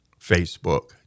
Facebook